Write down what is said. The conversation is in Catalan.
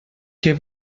què